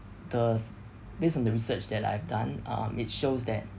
the s~ based on the research that I've done um it shows that